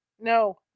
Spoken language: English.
No